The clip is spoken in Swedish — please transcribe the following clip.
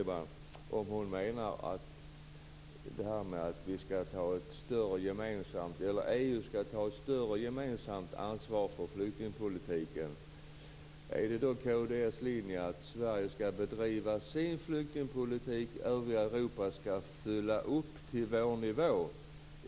Jag skulle vilja fråga Rose-Marie Frebran om hon menar att EU skall ta ett större gemensamt ansvar för flyktingpolitiken. Är det då kd:s linje att Sverige skall bedriva sin flyktingpolitik och att övriga Europa skall fylla upp till vår nivå?